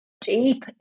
deep